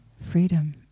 freedom